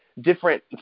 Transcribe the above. different